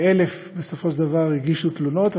כ-1,000 בסופו של דבר הגישו תלונות,